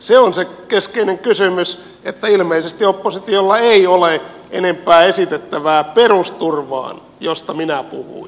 se on se keskeinen kysymys niin että ilmeisesti oppositiolla ei ole enempää esitettävää perusturvaan josta minä puhuin